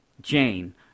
Jane